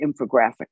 infographic